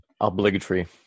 obligatory